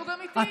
ייצוג אמיתי.